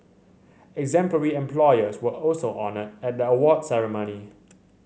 exemplary employers were also honoured at the award ceremony